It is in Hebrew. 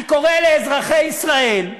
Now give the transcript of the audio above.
אני קורא לאזרחי ישראל,